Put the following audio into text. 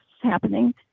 happening